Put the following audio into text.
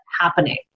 happening